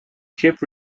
ship